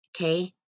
okay